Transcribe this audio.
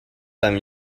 time